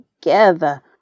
together